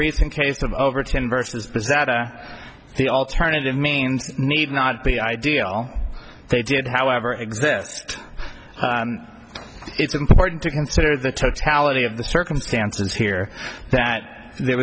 recent case of over ten versus those that the alternative means need not be ideal they did however exist it's important to consider the totality of the circumstances here that there